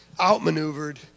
outmaneuvered